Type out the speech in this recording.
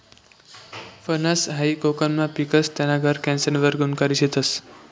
फनस हायी कोकनमा पिकस, त्याना गर कॅन्सर वर गुनकारी शेतस